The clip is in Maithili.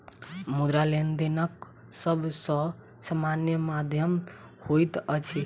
मुद्रा, लेनदेनक सब सॅ सामान्य माध्यम होइत अछि